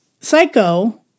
Psycho